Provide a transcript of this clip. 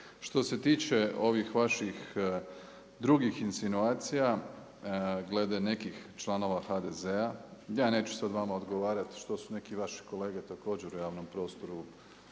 Što se tiče ovih vaših drugih insinuacija glede nekih članova HDZ-a ja neću sad vama odgovarati što su neki vaši kolege također u javnom prostoru